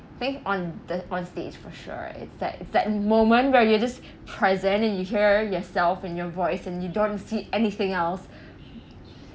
think on the on stage for sure it's that it's that moment where you're just present and you hear yourself and your voice and you don't see anything else